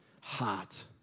heart